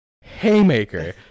haymaker